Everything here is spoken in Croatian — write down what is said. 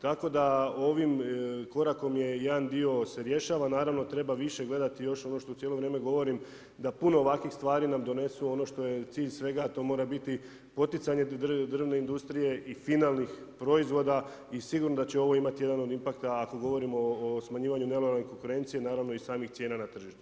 Tako da ovim korakom je jedan dio se rješava, naravno treba više gledati još ono što cijelo vrijeme govorim da puno ovakvih stvari nam donesu, ono što je cilj svega a to mora biti poticanje drvne industrije i finalnih proizvoda i sigurno da će ovo imati jedan od impakta ako govorimo o smanjivanju nelojalne konkurencije, naravno i samih cijena na tržištu.